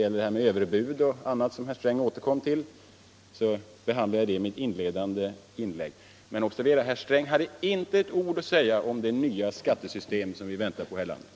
Påståendena om överbud och en del annat som herr Sträng återkom till behandlade jag i mitt inledande inlägg. Men observera att herr Sträng inte hade ett ord att säga om det nya skattesystem som vi väntar på här i landet.